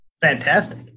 Fantastic